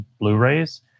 Blu-rays